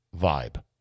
vibe